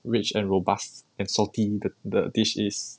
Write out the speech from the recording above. rich and robust and salty the dish is